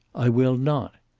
i will not.